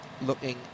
Looking